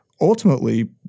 Ultimately